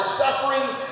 sufferings